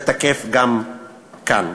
זה תקף גם כאן.